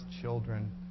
children